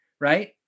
right